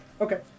Okay